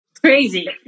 Crazy